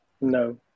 No